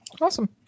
Awesome